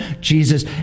Jesus